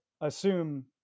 assume